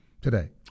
today